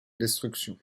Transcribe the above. destructions